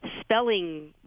spelling